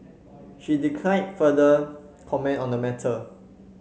she declined further comment on the matter